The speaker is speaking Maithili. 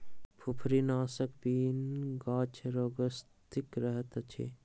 फुफरीनाशकक बिनु गाछ रोगग्रसित रहैत अछि